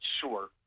sure